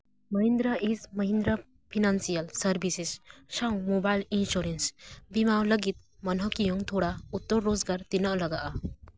Mahindra and Mahindra financial services ᱥᱟᱶ mobile insurance ᱵᱤᱢᱟᱣ ᱞᱟᱹᱜᱤᱫ ᱢᱟᱱᱦᱟᱹᱠᱤᱭᱟᱹ ᱛᱷᱚᱲᱟ ᱩᱛᱟᱹᱨ ᱨᱳᱡᱜᱟᱨ ᱛᱤᱱᱟᱹᱜ ᱞᱟᱜᱟᱜᱼᱟ